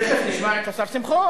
תיכף נשמע את השר שמחון,